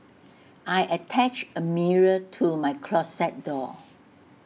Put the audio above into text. I attached A mirror to my closet door